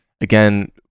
Again